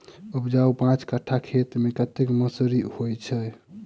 उपजाउ पांच कट्ठा खेत मे कतेक मसूरी होइ छै?